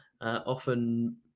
often